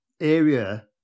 area